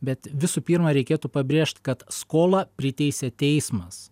bet visų pirma reikėtų pabrėžt kad skolą priteisia teismas